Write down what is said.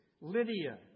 Lydia